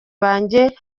banjye